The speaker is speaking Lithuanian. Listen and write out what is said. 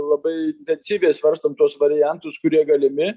labai intensyviai svarstom tuos variantus kurie galimi